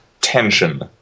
tension